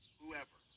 whoever